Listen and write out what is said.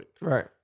Right